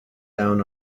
down